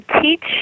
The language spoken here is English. teach